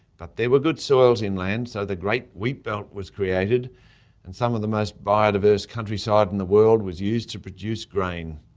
but there were good soils inland, so the great wheatbelt was created and some of the most biodiverse countryside in the world was used to produce grain.